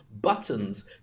buttons